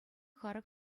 харӑк